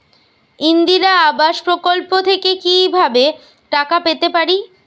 ইন্দিরা আবাস প্রকল্প থেকে কি ভাবে টাকা পেতে পারি?